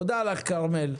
תודה לך כרמל.